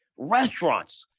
restaurants.